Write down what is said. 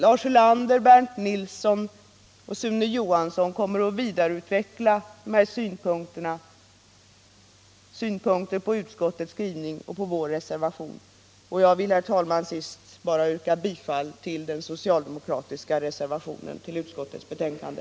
Lars Ulander, Bernt Nilsson och Sune Johansson kommer att vidareutveckla de här synpunkterna — synpunkter på utskottets skrivning och på vår reservation. Jag vill, herr talman, till sist bara yrka bifall till den socialdemokratiska reservationen till utskottets betänkande.